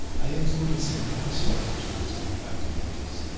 i included some reconstructed tools from the viking ages.